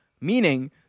meaning